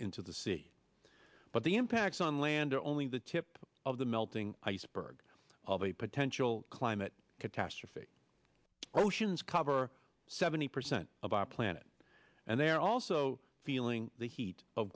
into the sea but the impacts on land are only the tip of the melting iceberg of a potential climate catastrophe oceans cover seventy percent of our planet and they are also feeling the heat of